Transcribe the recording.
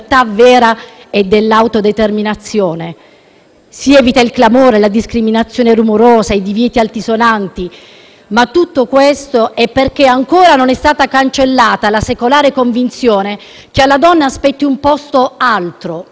Si evitano il clamore, la discriminazione rumorosa e i divieti altisonanti, tutto questo perché non è ancora stata cancellata la secolare convinzione che alla donna spetti un posto altro, un ruolo altro, una funzione altra.